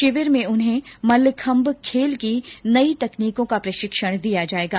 शिविर में उन्हें मल्लखम्म खेल की नई तकनीकों का प्रशिक्षण दिया जाएगा